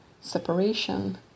separation